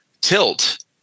tilt